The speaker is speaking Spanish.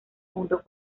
junto